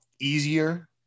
easier